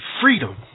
freedom